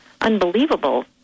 unbelievable